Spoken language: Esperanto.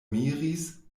miris